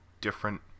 different